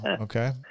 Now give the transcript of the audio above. okay